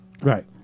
Right